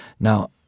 Now